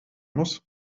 muss